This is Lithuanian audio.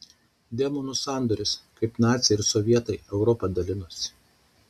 demonų sandoris kaip naciai ir sovietai europą dalinosi